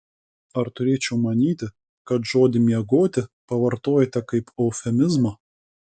ar turėčiau manyti kad žodį miegoti pavartojote kaip eufemizmą